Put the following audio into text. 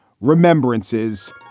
Remembrances